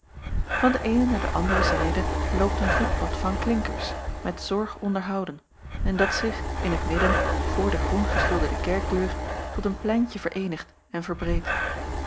van de eene naar de andere zijde loopt een voetpad van klinkers met zorg onderhouden en dat zich in t midden voor de groen geschilderde kerkdeur tot een pleintje vereenigt en verbreedt